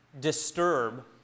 disturb